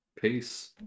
Peace